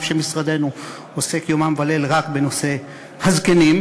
אף שמשרדנו עוסק יומם וליל רק בנושא הזקנים,